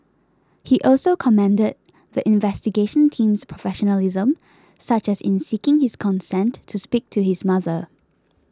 he also commended the the investigation team's professionalism such as in seeking his consent to speak to his mother